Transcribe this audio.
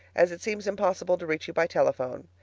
as it seems impossible to reach you by telephone.